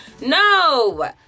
No